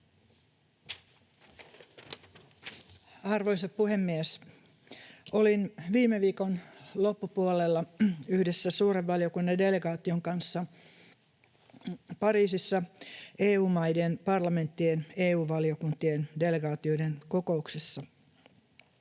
Arvoisa puhemies! Olin viime viikon loppupuolella yhdessä suuren valiokunnan delegaation kanssa Pariisissa EU-maiden parlamenttien EU-valiokuntien delegaatioiden kokouksessa.